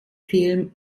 film